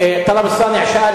טלב אלסאנע שאל,